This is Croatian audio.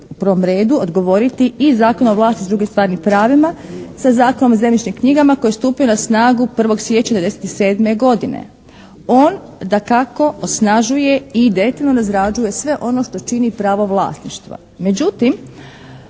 u prvom redu odgovoriti i Zakon o vlasništvu i drugim stvarnim pravima sa Zakonom o zemljišnim knjigama koji je stupio na snagu 1. siječnja '97. godine. On dakako osnažuje i detaljno razrađuje sve ono što čini pravo vlasništva.